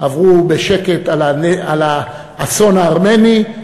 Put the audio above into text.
עברו בשקט על האסון הארמני,